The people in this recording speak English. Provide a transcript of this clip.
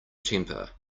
temper